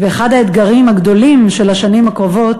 ואחד האתגרים הגדולים של השנים הקרובות